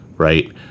Right